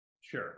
Sure